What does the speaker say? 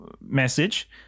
message